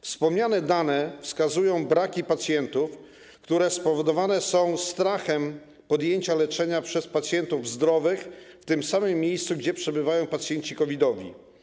Wspomniane dane wskazują braki pacjentów, które spowodowane są strachem przed podjęciem leczenia przez pacjentów zdrowych w tym samym miejscu, gdzie przebywają pacjenci COVID-owi.